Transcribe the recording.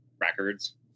records